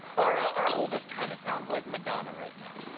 our our oldest kind of sounds like madonna right now.